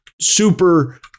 super